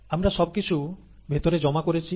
আমরা সবকিছু ভেতরে জমা করেছি